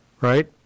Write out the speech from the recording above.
right